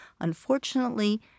Unfortunately